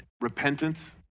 Repentance